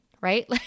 right